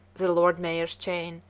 the lord mayor's chain,